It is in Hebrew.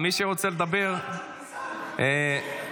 מי שרוצה לדבר --- היא אמרה לו שהוא גזען.